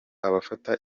abafata